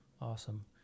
awesome